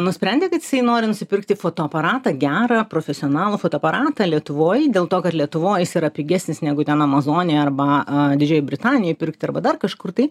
nusprendė kad jisai nori nusipirkti fotoaparatą gerą profesionalų fotoaparatą lietuvoj dėl to kad lietuvoj jis yra pigesnis negu ten amazonėj arba didžiojoj britanijoj pirkt arba dar kažkur tai